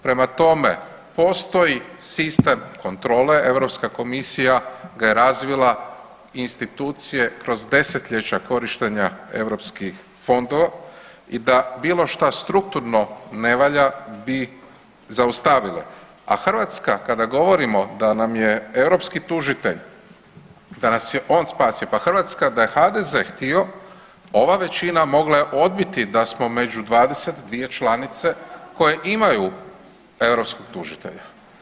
Prema tome, postoji sistem kontrole, Europska komisija ga je razvila, institucije, kroz 10-ljeća korištenja europskih fondova i da bilo šta strukturno ne valja bi zaustavile, a Hrvatska kada govorimo da nam je europski tužitelj, da nas je on spasio, pa Hrvatska da je HDZ htio ova većina mogla je odbiti da smo među 22 članice koje imaju europskog tužitelja.